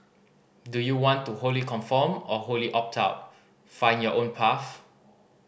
do you want to wholly conform or wholly opt out find your own path